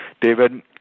David